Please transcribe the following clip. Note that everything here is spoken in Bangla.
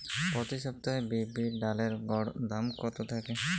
প্রতি সপ্তাহে বিরির ডালের গড় দাম কত থাকে?